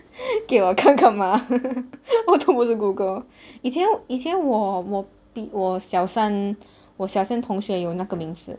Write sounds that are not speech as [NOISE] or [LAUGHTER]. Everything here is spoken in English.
给我看看吗 [LAUGHS] 我用也是 google 以前以前我我比我小三我小三同学有哪个名字